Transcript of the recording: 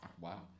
Wow